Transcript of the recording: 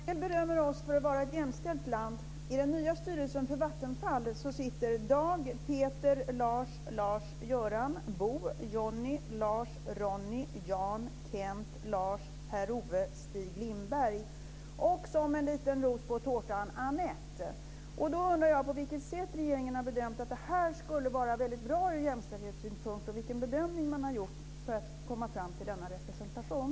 Herr talman! En del berömmer Sverige för att vara ett jämställt land. Annette. Då undrar jag på vilket sätt regeringen har bedömt att det här skulle vara väldigt bra ur jämställdhetssynpunkt och vilken bedömning man har gjort för att komma fram till denna representation.